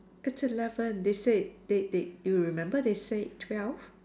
it's eleven they said they they you remember they said twelve